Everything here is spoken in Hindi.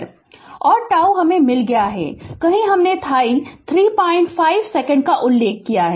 और τ हमें मिल गया है कि कहीं हमने थाई 35 सेकंड का उल्लेख किया है